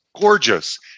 gorgeous